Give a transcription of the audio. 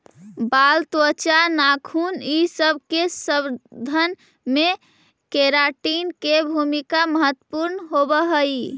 बाल, त्वचा, नाखून इ सब के संवर्धन में केराटिन के भूमिका महत्त्वपूर्ण होवऽ हई